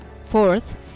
Fourth